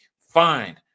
find